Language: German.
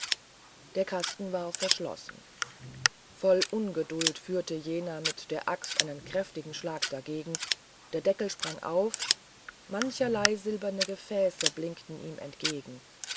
der kasten war verschlossen voll ungeduld führte jener mit der axt einen kräftigen schlag dagegen der deckel sprang auf mancherlei silberne gefäße blinkten ihm entgegen